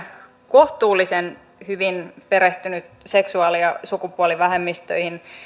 kohtuullisen hyvin perehtynyt seksuaali ja sukupuolivähemmistöihin